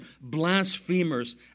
blasphemers